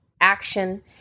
action